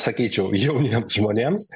sakyčiau jauniems žmonėms